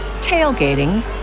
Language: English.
tailgating